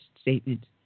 statement